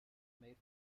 made